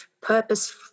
purpose